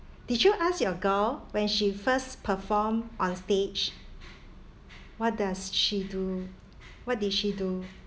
did you ask your girl when she first performed on stage what does she do what did she do